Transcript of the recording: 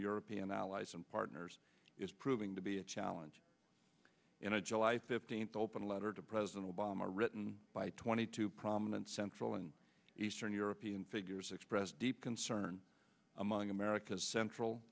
european allies and partners is proving to be a challenge in a july fifteenth open letter to president obama written by twenty two prominent central and eastern european figures expressed deep concern among america's central